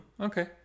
okay